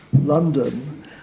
London